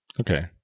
Okay